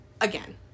Again